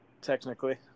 Technically